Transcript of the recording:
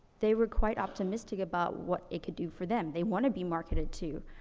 they were quite optimistic about what it could do for them. they wanna be marketed to.